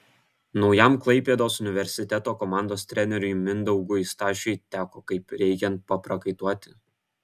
naujam klaipėdos universiteto komandos treneriui mindaugui stašiui teko kaip reikiant paprakaituoti